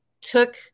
took